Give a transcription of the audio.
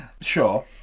Sure